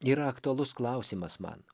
yra aktualus klausimas man